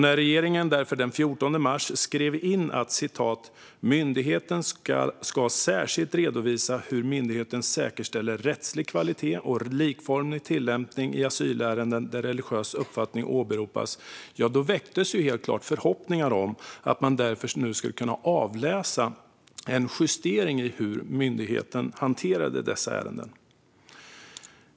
När regeringen därför den 14 mars skrev in att "myndigheten ska särskilt redovisa - hur myndigheten säkerställer rättslig kvalitet och likformig tillämpning i asylärenden där religiös uppfattning åberopas" väcktes helt klart förhoppningar om att man därför nu skulle kunna avläsa en justering i hur myndigheten hanterade dessa ärenden.